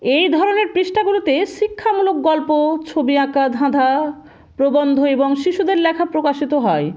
এই ধরনের পৃষ্ঠাগুলোতে শিক্ষামূলক গল্প ছবি আঁকা ধাঁধা প্রবন্ধ এবং শিশুদের লেখা প্রকাশিত হয়